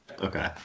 Okay